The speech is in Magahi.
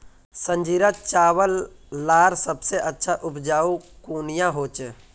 संजीरा चावल लार सबसे अच्छा उपजाऊ कुनियाँ होचए?